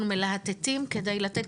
אנחנו מלהטטים כדי לתת.